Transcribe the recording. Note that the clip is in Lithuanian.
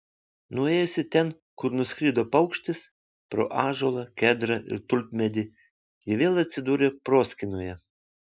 nuėjusi ten kur nuskrido paukštis pro ąžuolą kedrą ir tulpmedį ji vėl atsidūrė proskynoje